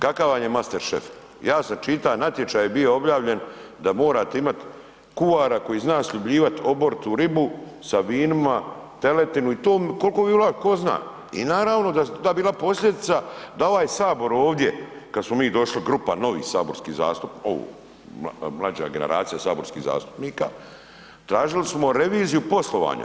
Kakav vam je mastechef ja sam čita, natječaj je bio objavljen da morate imati kuara koji zna sljubljivat oboritu ribu sa vinima, teletinu i kolko vi, ko zna i naravno da je to bila posljedica da ovaj sabor ovdje, kad smo došli, grupa novih saborskih, ovo mlađa generacija saborskih zastupnika, tražili smo reviziju poslovanja.